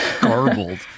garbled